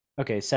Okay